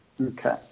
Okay